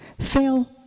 fail